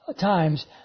times